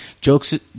jokes